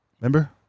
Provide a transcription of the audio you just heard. Remember